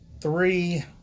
three